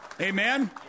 Amen